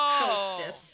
Solstice